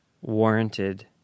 warranted